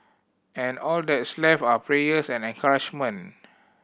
and all that's left are prayers and encouragement